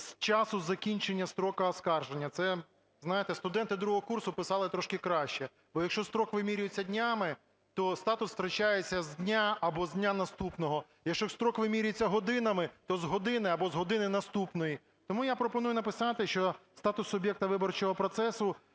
з часу закінчення строку оскарження. Це, знаєте, студенти 2 курсу писали трошки краще. Бо, якщо строк вимірюється днями, то статус втрачається з дня або з дня наступного. Якщо строк вимірюється годинами – то з години або з години наступної. Тому я пропоную написати, що статус суб'єкта виборчого процесу